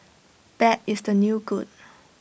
bad is the new good